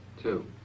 two